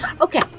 Okay